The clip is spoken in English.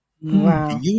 wow